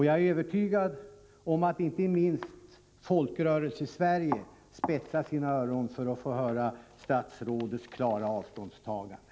Jag är övertygad om att inte minst Folkrörelsesverige spetsar sina öron för att få höra statsrådets klara avståndstagande.